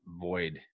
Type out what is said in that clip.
void